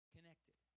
Connected